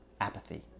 apathy